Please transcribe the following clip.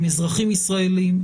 הם אזרחים ישראלים,